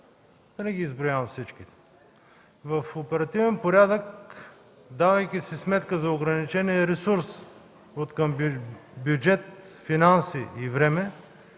да не изброявам всички. В оперативен порядък, давайки си сметка за ограничения ресурс откъм бюджет, финанси и време,